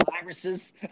viruses